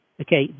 Okay